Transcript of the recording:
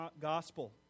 gospel